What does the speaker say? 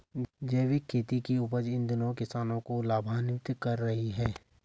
जैविक खेती की उपज इन दिनों किसानों को लाभान्वित कर रही है